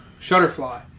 Shutterfly